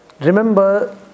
Remember